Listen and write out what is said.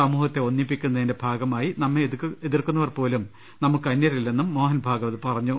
സമൂഹത്തെ ഒന്നി പ്പിക്കുന്നതിന്റെ ഭാഗമായി നമ്മെ എതിർക്കുന്നവർപ്പോലും നമുക്ക് അന്യരല്ലെന്നും മോഹൻഭാഗവത് പറഞ്ഞു